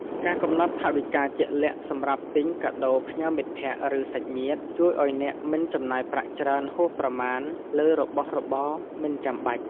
ការកំណត់ថវិកាជាក់លាក់សម្រាប់ទិញកាដូផ្ញើមិត្តភក្តិ ឬ សាច់ញាតិ ជួយឱ្យអ្នកមិនចំណាយប្រាក់ច្រើនហួសប្រមាណលើរបស់របរមិនចាំបាច់។